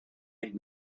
made